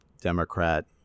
democrat